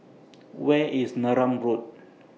Where IS Neram Road